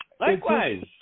Likewise